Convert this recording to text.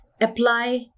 apply